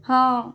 हॅं